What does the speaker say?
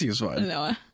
No